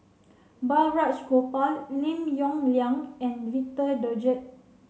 Balraj Gopal Lim Yong Liang and Victor Doggett